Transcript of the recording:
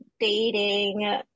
dating